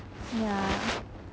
ya